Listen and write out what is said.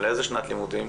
לאיזו שנת לימודים?